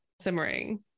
simmering